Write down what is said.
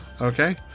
okay